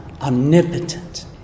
omnipotent